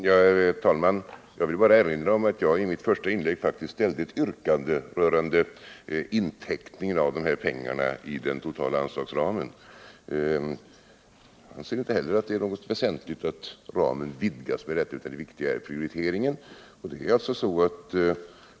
Herr talman! Jag vill bara erinra om att jag i mitt första inlägg faktiskt ställde ett yrkande rörande intäckning av de här pengarna i den totala anslagsramen. Jag ser inte heller att det är något väsentligt att ramen vidgas med detta belopp, utan det viktiga är prioriteringen.